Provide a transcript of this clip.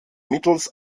mittels